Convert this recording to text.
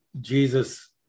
Jesus